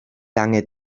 lange